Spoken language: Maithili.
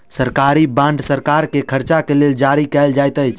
सरकारी बांड सरकार के खर्च के लेल जारी कयल जाइत अछि